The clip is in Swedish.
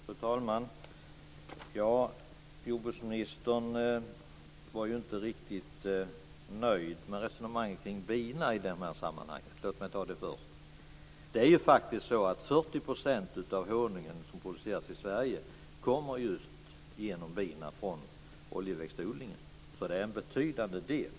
Fru talman! Jordbruksministern var inte riktigt nöjd med resonemanget kring bina i det här sammanhanget. Låt mig ta upp det först. 40 % av den honung som produceras i Sverige kommer faktiskt genom bina från oljeväxtodlingen. Det är alltså en betydande del.